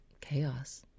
chaos